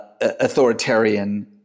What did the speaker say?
authoritarian